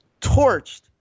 torched